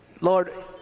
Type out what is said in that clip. Lord